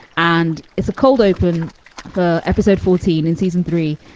and it's a cold open for episode fourteen in season three.